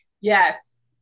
Yes